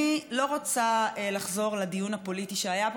אני לא רוצה לחזור לדיון הפוליטי שהיה פה,